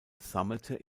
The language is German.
sammelte